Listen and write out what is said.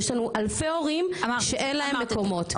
יש לנו אלפי הורים שאין להם מקומות,